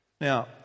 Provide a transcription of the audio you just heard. Now